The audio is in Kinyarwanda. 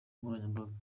nkoranyambaga